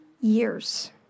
years